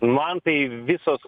man tai visos